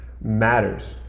matters